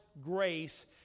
grace